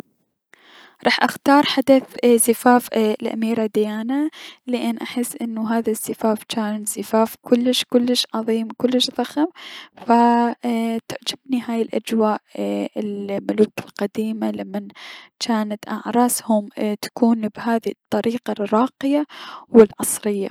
راح اختار حدث اي- زفاف الأميرة ديانا لأن اني احس انو هذا الزفاف جان كلش كلش عظيم كلش فخم فتعجبني هاي الأجزاء الملوك القديمة لمن جانت اعراسهم تكون بهذي الطريقة الراقية و العصرية.